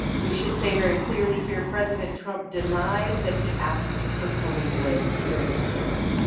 we should say very clearly here president trump denies that he asked for comey's loyalty during that dinner.